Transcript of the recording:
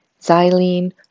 xylene